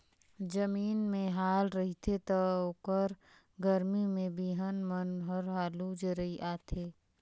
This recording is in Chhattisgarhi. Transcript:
जमीन में हाल रहिथे त ओखर गरमी में बिहन मन हर हालू जरई आथे